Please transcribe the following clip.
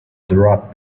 dropped